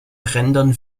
rendern